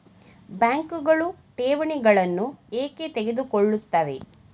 ಬ್ಯಾಂಕುಗಳು ಠೇವಣಿಗಳನ್ನು ಏಕೆ ತೆಗೆದುಕೊಳ್ಳುತ್ತವೆ?